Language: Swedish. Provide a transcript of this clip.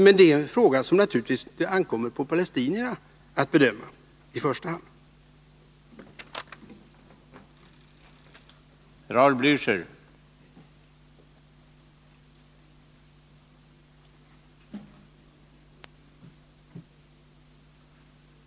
Men detta är en fråga som det naturligtvis i första hand ankommer på palestinierna att bedöma.